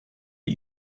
die